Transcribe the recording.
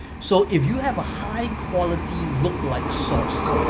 so if you have a high quality lookalike source,